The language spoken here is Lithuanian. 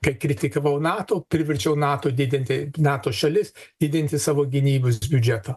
kai kritikavau nato priverčiau nato didinti nato šalis didinti savo gynybos biudžeto